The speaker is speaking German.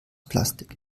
plastik